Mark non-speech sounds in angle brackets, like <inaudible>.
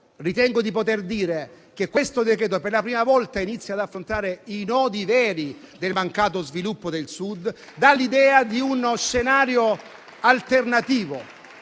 ritengo di poter dire che questo decreto, per la prima volta, inizia ad affrontare i nodi veri del mancato sviluppo del Sud, <applause> dà l'idea di uno scenario alternativo.